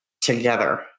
together